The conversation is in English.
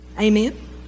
Amen